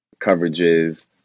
coverages